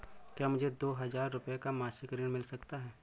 क्या मुझे दो हजार रूपए का मासिक ऋण मिल सकता है?